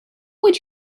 would